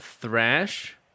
Thrash